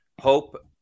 Hope